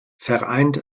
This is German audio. vereint